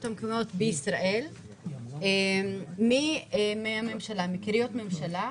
מקומיות בישראל מתשלומי קריות ממשלה,